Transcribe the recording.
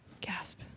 Gasp